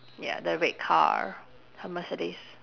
ya the red car the mercedes